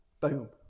Boom